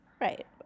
Right